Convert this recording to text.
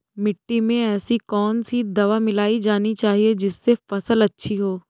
मिट्टी में ऐसी कौन सी दवा मिलाई जानी चाहिए जिससे फसल अच्छी हो?